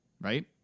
right